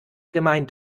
gemeint